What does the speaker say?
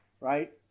right